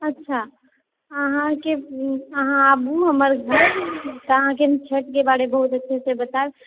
अच्छा अहाँके अहाँ आबूँ हमर घर अहाँके छठि के बारेमे बहुत अच्छे सॅं बतायब